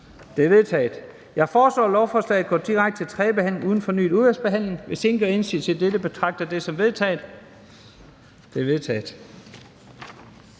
De er vedtaget. Jeg foreslår, at lovforslaget går direkte til tredje behandling uden fornyet udvalgsbehandling. Hvis ingen gør indsigelse imod dette, betragter jeg det som vedtaget. Det er vedtaget.